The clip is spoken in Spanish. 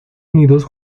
unidos